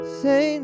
say